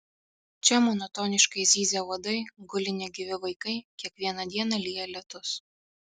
čia monotoniškai zyzia uodai guli negyvi vaikai kiekvieną dieną lyja lietūs